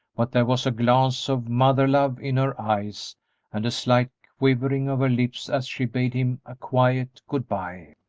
but there was a glance of mother-love in her eyes and a slight quivering of her lips as she bade him a quiet good-by.